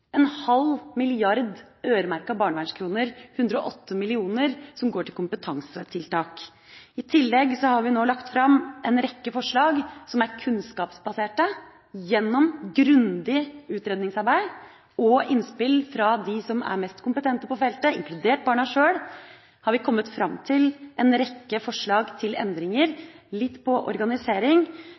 en halv milliard øremerkede barnevernskroner, 108 mill. kr som går til kompetansetiltak. I tillegg har vi nå lagt fram en rekke forslag som er kunnskapsbaserte. Gjennom grundig utredningsarbeid og innspill fra dem som er mest kompetente på feltet, inkludert barna sjøl, har vi kommet fram til en rekke forslag til endringer, litt på organisering,